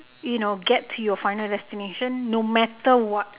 you know get to your final destination no matter what